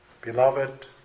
Beloved